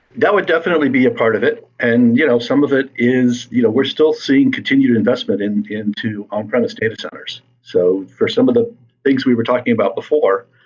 that would definitely be a part of it. and you know some of it is you know we're still seeing continued investment into on-premise data centers. so for some of the things we were talking about before,